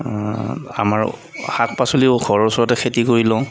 আমাৰ শাক পাচলিও ঘৰৰ ওচৰতে খেতি কৰি লওঁ